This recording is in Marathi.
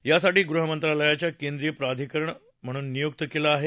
यासाठी गृहमंत्रालयाला केंद्रीय प्राधिकरण म्हणून नियुक्त केलं आहे